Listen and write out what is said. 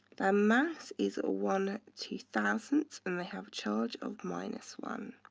their mass is ah one two thousand and they have a charge of minus one.